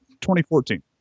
2014